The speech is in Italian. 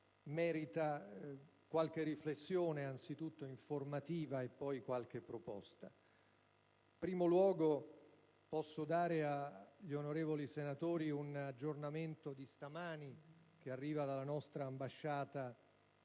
merita qualche riflessione, anzitutto informativa, e poi qualche proposta. In primo luogo, posso dare agli onorevoli senatori un aggiornamento di stamani, che arriva dalla nostra ambasciata